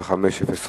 לביטחון פנים ביום ח'